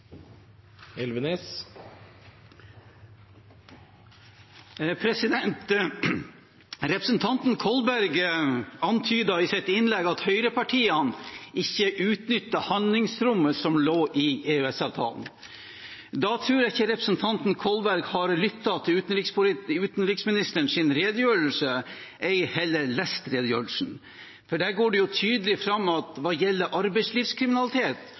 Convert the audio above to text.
Representanten Kolberg antydet i sitt innlegg at høyrepartiene ikke utnyttet handlingsrommet som lå i EØS-avtalen. Da tror jeg ikke representanten Kolberg har lyttet til utenriksministerens redegjørelse, ei heller lest redegjørelsen. For der går det jo tydelig fram at hva gjelder arbeidslivskriminalitet,